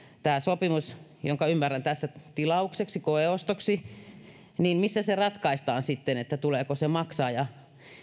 tämä sopimus jonka ymmärrän tässä tilaukseksi koeostoksi niin missä ratkaistaan sitten se tuleeko se maksaa ja